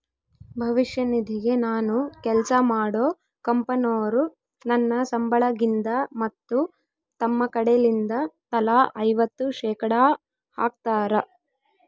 ಭವಿಷ್ಯ ನಿಧಿಗೆ ನಾನು ಕೆಲ್ಸ ಮಾಡೊ ಕಂಪನೊರು ನನ್ನ ಸಂಬಳಗಿಂದ ಮತ್ತು ತಮ್ಮ ಕಡೆಲಿಂದ ತಲಾ ಐವತ್ತು ಶೇಖಡಾ ಹಾಕ್ತಾರ